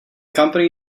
company